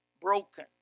broken